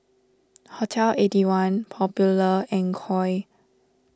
Hotel Eighty One Popular and Koi